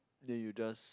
then you just